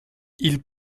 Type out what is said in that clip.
ils